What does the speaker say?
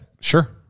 Sure